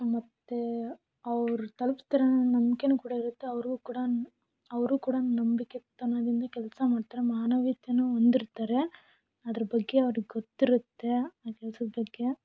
ಮತ್ತು ಅವ್ರು ತಲುಪಿಸ್ತಾರೆ ಅನ್ನೋ ನಂಬಿಕೆನೂ ಕೂಡ ಇರುತ್ತೆ ಅವ್ರಿಗೂ ಕೂಡ ಅವರು ಕೂಡ ನಂಬಿಕೆತನದಿಂದ ಕೆಲಸ ಮಾಡ್ತಾರೆ ಮಾನವೀಯತೆಯನ್ನು ಹೊಂದಿರ್ತಾರೆ ಅದ್ರ ಬಗ್ಗೆ ಅವ್ರಿಗೆ ಗೊತ್ತಿರುತ್ತೆ ಆ ಕೆಲ್ಸದ ಬಗ್ಗೆ